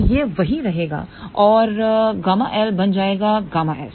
तो यह वही रहेगा औरƬL बन जाएगा ƬS